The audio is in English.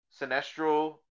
Sinestro